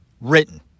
written